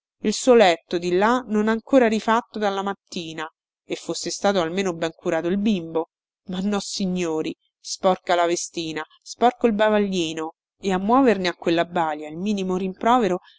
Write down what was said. il suo letto di là non ancora rifatto dalla mattina e fosse stato almeno ben curato il bimbo ma nossignori sporca la vestina sporco il bavaglino e a muoverne a quella balia il minimo rimprovero